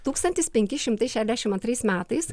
tūkstantis penki šimtai šedešim antrais metais